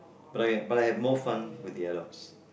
but I have but I have more fun with the adults